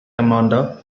amanda